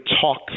talk